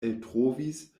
eltrovis